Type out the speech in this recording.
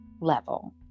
level